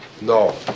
No